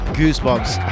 goosebumps